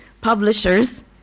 publishers